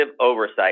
oversight